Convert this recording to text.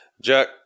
Jack